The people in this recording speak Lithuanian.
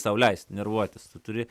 sau leisti nervuotis tu turi